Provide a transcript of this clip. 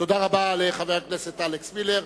תודה רבה לחבר הכנסת אלכס מילר.